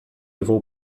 vou